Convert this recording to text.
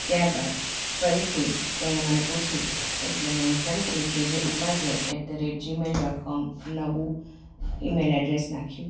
ત્યારબાદ ફરીથી એણે મને પૂછ્યું એટલે મેં ફરીથી કે જે Upadhyay at the at Gmail dot com નવું ઈમેલ એડ્રેસ નાખ્યું